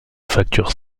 facture